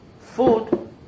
food